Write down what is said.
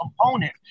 component